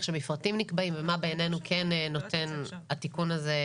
איך שמפרטים נקבעים ומה בעינינו כן נותן התיקון הזה,